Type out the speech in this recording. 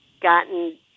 gotten